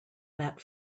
that